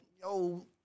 yo